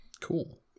Cool